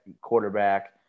quarterback